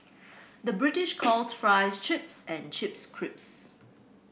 the British calls fries chips and chips crisps